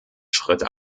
schritte